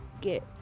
get